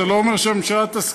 זה לא אומר שהממשלה תסכים,